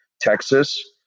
Texas